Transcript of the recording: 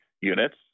units